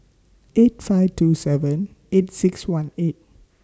eight five two seven eight six one eight